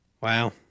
Wow